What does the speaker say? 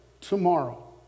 tomorrow